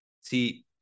See